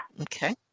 Okay